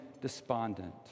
despondent